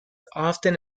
often